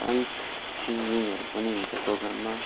dance सिङ्गिङहरू पनि हुन्छ प्रोग्राममा